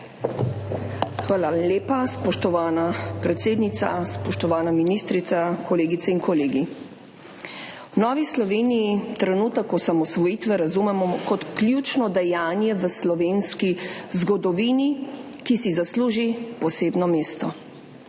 Hvala lepa. Spoštovana predsednica, spoštovana ministrica, kolegice in kolegi! V Novi Sloveniji trenutek osamosvojitve razumemo kot ključno dejanje v slovenski zgodovini, ki si zasluži posebno mesto.